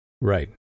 right